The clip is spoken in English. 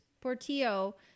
Portillo